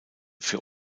für